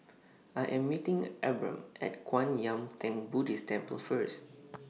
I Am meeting Abram At Kwan Yam Theng Buddhist Temple First